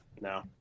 No